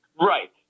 right